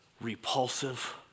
repulsive